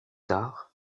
tard